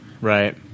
Right